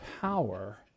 power